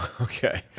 Okay